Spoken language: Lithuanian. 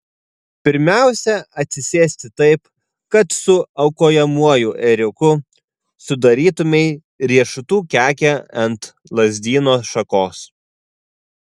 pirmiausia atsisėsti taip kad su aukojamuoju ėriuku sudarytumei riešutų kekę ant lazdyno šakos